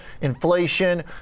inflation